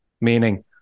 meaning